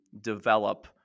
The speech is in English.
develop